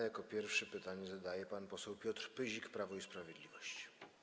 Jako pierwszy pytanie zadaje pan poseł Piotr Pyzik, Prawo i Sprawiedliwość.